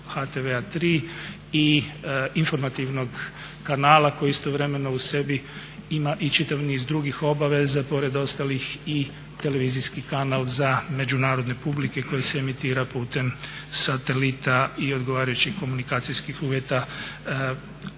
HTV 3 i informativnog kanala koji istovremeno u sebi ima i čitav niz drugih obaveza pored ostalih i televizijski kanal za međunarodne publike koji se emitira putem satelita i odgovarajućih komunikacijskih uvjeta